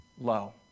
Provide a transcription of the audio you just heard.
low